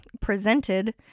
presented